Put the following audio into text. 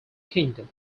kingdom